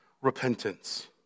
repentance